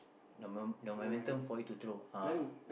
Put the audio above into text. the mo~ the momentum for you to throw uh